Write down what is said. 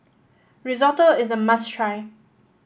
risotto is a must try